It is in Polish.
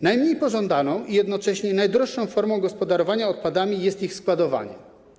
Najmniej pożądaną i jednocześnie najdroższą formą gospodarowania odpadami jest ich składowanie.